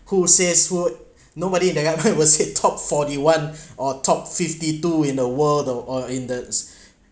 who says who'd nobody there got was hit top forty one or top fifty two in the world the or in the s~